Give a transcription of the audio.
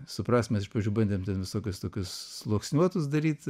suprast mes iš pradžių bandėm ten visokius tokius sluoksniuotus daryti